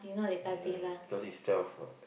because he's twelve what